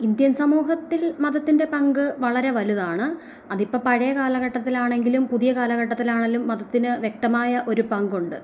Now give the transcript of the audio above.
Indian സമൂഹത്തിൽ മതത്തിൻ്റെ പങ്ക് വളരെ വലുതാണ് അതിപ്പോൾ പഴയ കാലഘട്ടത്തിലാണെങ്കിലും പുതിയ കാലഘട്ടത്തിലാണെങ്കിലും മതത്തിന് വ്യക്തമായ ഒരു പങ്കുണ്ട്